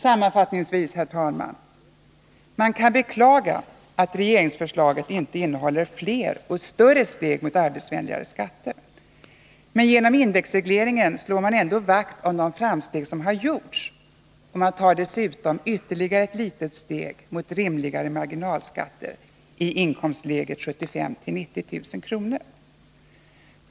Sammanfattningsvis kan man, herr talman, beklaga att regeringsförslaget inte innehåller fler och större steg mot arbetsvänligare skatter. Men genom indexregleringen slår man ändå vakt om de framsteg som gjorts, och man tar dessutom ett ytterligare litet steg mot rimligare marginalskatter i inkomstläget 75 000-90 000 kr.